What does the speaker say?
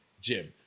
Jim